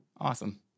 Awesome